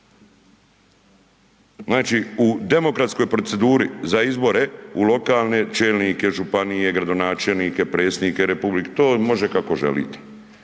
Znači u demokratskoj proceduri za izbore u lokalne čelnike, županije, gradonačelnike, predsjednike, to može kako želite.